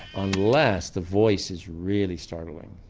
unless the voice is really startling,